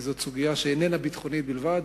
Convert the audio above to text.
כי זאת סוגיה שאיננה ביטחונית בלבד,